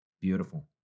beautiful